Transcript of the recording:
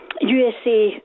USA